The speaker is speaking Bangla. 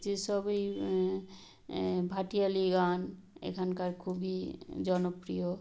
যে সব এই ভাটিয়ালি গান এখানকার খুবই জনপ্রিয়